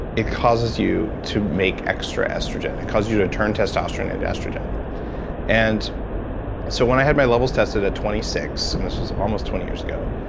it causes you to make extra estrogen. it causes you to turn testosterone into and estrogen and so when i had my levels tested at twenty six and this was almost twenty years ago,